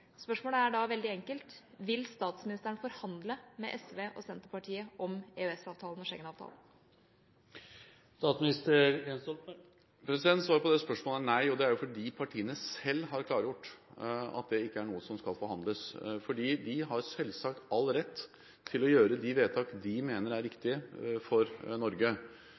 Spørsmålet er da veldig enkelt: Vil statsministeren forhandle med SV og Senterpartiet om EØS-avtalen og Schengen-avtalen? Svaret på det spørsmålet er nei, og det er fordi partiene selv har klargjort at det ikke er noe som skal forhandles. De har selvsagt all rett til å gjøre de vedtak de mener er riktige for Norge,